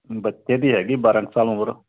ਬੱਚੇ ਦੀ ਹੈਗੀ ਬਾਰਾਂ ਕ ਸਾਲ ਉਮਰ